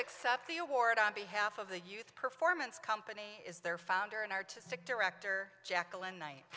except the award on behalf of the youth performance company is their founder and artistic director jacqueline knight